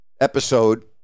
episode